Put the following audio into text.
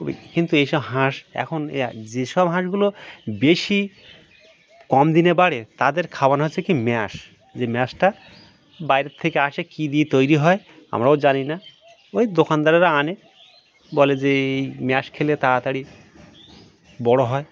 ওই কিন্তু এইসব হাঁস এখন যে সব হাঁসগুলো বেশি কম দিনে বাড়ে তাদের খাওয়ানো হচ্ছে কী ম্যাশ যে ম্যাশটা বাইরে থেকে আসে কী দিয়ে তৈরি হয় আমরাও জানি না ওই দোকানদারেরা আনে বলে যে এই ম্যাশ খেলে তাড়াতাড়ি বড় হয়